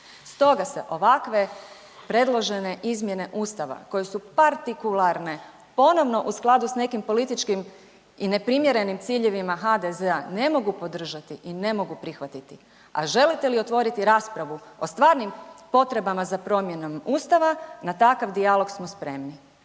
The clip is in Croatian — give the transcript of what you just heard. Stoga se ovakve predložene izmjene Ustava koje su partikularne ponovno u skladu s nekim političkim i neprimjerenim ciljevima HDZ-a ne mogu podržati i ne mogu prihvatiti, a želite li otvoriti raspravu o stvarnim potrebama za promjenom ustava na takav dijalog smo spremni,